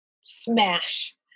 smash